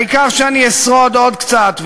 העיקר שאני אשרוד עוד קצת,